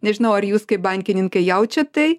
nežinau ar jūs kaip bankininkai jaučiat tai